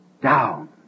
down